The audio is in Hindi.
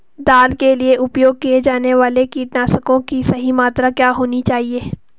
दाल के लिए उपयोग किए जाने वाले कीटनाशकों की सही मात्रा क्या होनी चाहिए?